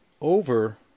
over